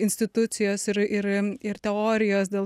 institucijos ir ir ir teorijos dėl